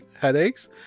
headaches